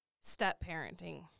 step-parenting